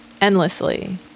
endlessly